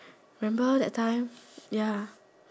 remember that time ya